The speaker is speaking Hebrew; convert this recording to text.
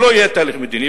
שלא יהיה תהליך מדיני.